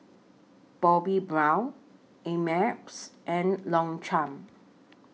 Bobbi Brown Ameltz and Longchamp